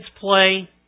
play